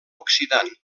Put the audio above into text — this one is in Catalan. oxidant